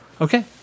Okay